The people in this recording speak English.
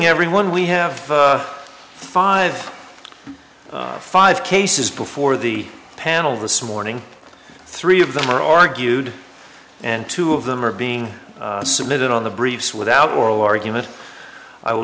everyone we have five five cases before the panel this morning three of them are argued and two of them are being submitted on the briefs without oral argument i will